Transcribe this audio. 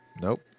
Nope